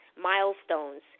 milestones